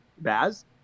Baz